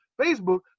facebook